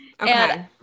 okay